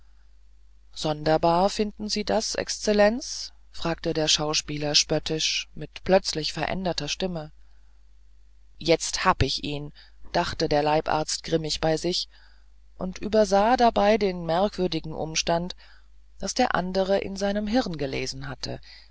sonderbar finden sie das exzellenz fragte der schauspieler spöttisch mit plötzlich veränderter stimme jetzt hab ich ihn dachte der leibarzt grimmig bei sich und übersah dabei den merkwürdigen umstand daß der andere in seinem hirn gelesen hatte